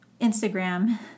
Instagram